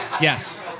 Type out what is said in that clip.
Yes